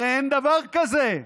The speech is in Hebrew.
הרי אין דבר כזה.